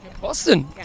Boston